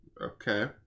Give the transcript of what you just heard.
Okay